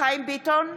חיים ביטון,